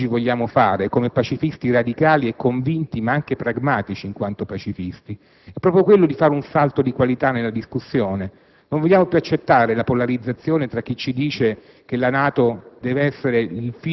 talebani. Lo sforzo che oggi vogliamo compiere come pacifisti radicali e convinti, ma anche pragmatici nel nostro pacifismo, è proprio quello di fare un salto di qualità nella discussione. Non vogliamo più accettare la polarizzazione tra chi ci dice che la NATO